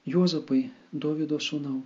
juozapai dovydo sūnau